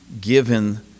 given